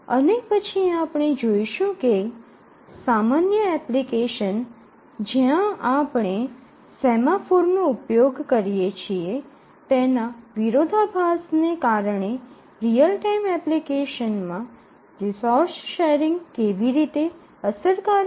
અને પછી આપણે જોઈશું કે સામાન્ય એપ્લિકેશન જ્યાં આપણે સેમાફોર નો ઉપયોગ કરીએ છીએ તેના વિરોધાભાસને કારણે રીઅલ ટાઇમ એપ્લિકેશનમાં રિસોર્સ શેરિંગ કેવી રીતે અસરકારક રીતે પ્રાપ્ત કરી શકાય છે